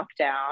lockdown